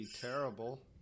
terrible